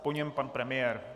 Po něm pan premiér.